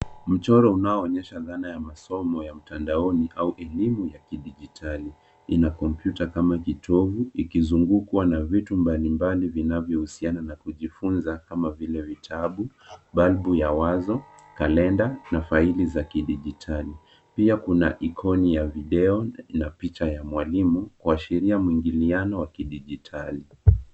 Mcohoro unaoonyesha dhana ya masomo ya mtandaoni au elimu ya kidigitali. Ina kompyuta kama jitohu ikizungukwa na vitu mbalimbali vinavyohusiana na kujifunza kama vile vitabu, balbu ya wazo, kalenda na faili za kidigitali. Pia kuna ikoni ya video na picha ya mwalimu kuashiria mwingiliano wa kidigitali.